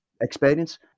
experience